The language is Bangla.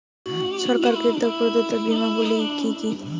সরকার কর্তৃক প্রদত্ত বিমা গুলি কি কি?